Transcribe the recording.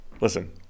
Listen